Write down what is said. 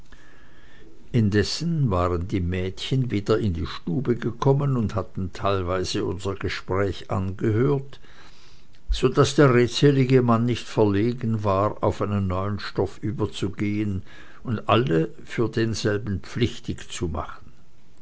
indessen waren die mädchen wieder in die stube gekommen und hatten teilweise unser gespräch angehört so daß der redselige mann nicht verlegen war auf einen neuen stoff überzugehen und alle für denselben pflichtig zu machen